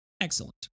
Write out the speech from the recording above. Excellent